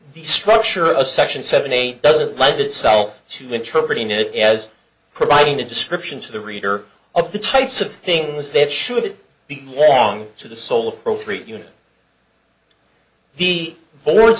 the structure of section seven eight doesn't lend itself to interpret it as providing a description to the reader of the types of things that should be wrong to the sole appropriate unit the